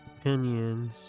opinions